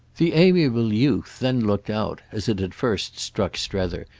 the amiable youth then looked out, as it had first struck strether,